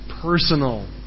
personal